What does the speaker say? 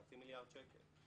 חצי מיליארד שקלים.